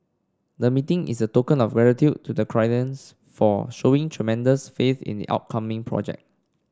the meeting is a token of gratitude to the clients for showing tremendous faith in the upcoming project